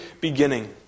beginning